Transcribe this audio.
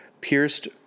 pierced